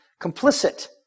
complicit